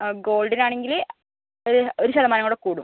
ആ ഗോൾഡിനാണെങ്കില് ഒര് ഒരു ശതമാനം കൂടെ കൂടും